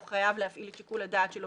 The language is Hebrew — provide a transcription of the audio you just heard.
הוא חייב להפעיל את שיקול הדעת שלו